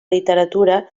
literatura